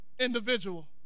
individual